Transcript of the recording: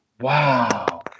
wow